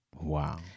Wow